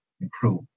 improve